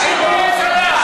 הייתם בממשלה.